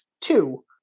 two